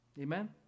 amen